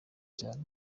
cyane